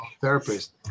therapist